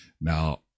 Now